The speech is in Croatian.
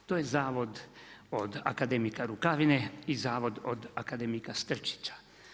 To je zavod od akademika Rukavine i zavod od akademika Strčića.